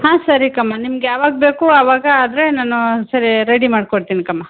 ಹಾಂ ಸರಿ ಕಮ್ಮ ನಿಮ್ಗೆ ಯಾವಾಗ ಬೇಕು ಅವಾಗ ಆದರೆ ನಾನು ಸರಿ ರೆಡಿ ಮಾಡ್ಕೊಡ್ತೀನಿ ಕಮ್ಮ